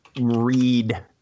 read